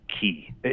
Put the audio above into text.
key